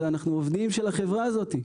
אנחנו עובדים של החברה הזאת.